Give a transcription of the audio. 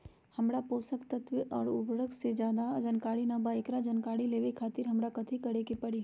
हमरा पोषक तत्व और उर्वरक के ज्यादा जानकारी ना बा एकरा जानकारी लेवे के खातिर हमरा कथी करे के पड़ी?